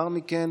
לאחר מכן